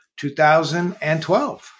2012